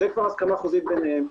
זו כבר הסכמה חוזית ביניהם.